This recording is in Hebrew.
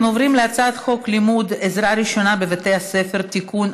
אנחנו עוברים להצעת חוק לימוד עזרה ראשונה בבתי ספר (תיקון),